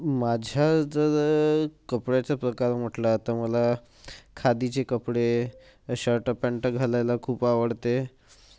माझ्या जर कपड्याचा प्रकार म्हटला तर मला खादीचे कपडे शर्ट पॅन्ट घालायला खूप आवडते